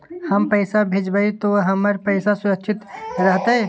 हम पैसा भेजबई तो हमर पैसा सुरक्षित रहतई?